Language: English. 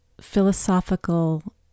philosophical